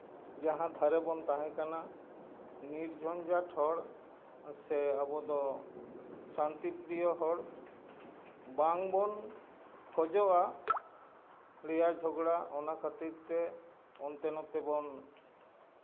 ᱡᱟᱦᱟᱸ ᱫᱷᱟᱨᱮ ᱵᱚᱱ ᱛᱟᱦᱮᱸ ᱠᱟᱱᱟ ᱱᱤᱨᱡᱚᱱᱡᱷᱟᱴ ᱦᱚᱲ ᱥᱮ ᱟᱵᱚ ᱫᱚ ᱥᱟᱱᱛᱤᱯᱨᱤᱭᱚ ᱦᱚᱲ ᱵᱟᱝ ᱵᱚᱱ ᱠᱷᱚᱡᱚᱜᱼᱟ ᱞᱮᱭᱟ ᱡᱷᱚᱜᱽᱲᱟ ᱚᱱᱟ ᱠᱷᱟᱹᱛᱤᱨ ᱛᱮ ᱚᱱᱛᱮ ᱱᱚᱛᱮ ᱵᱚᱱ